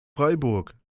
freiburg